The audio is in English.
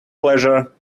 pleasure